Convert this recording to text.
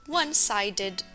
one-sided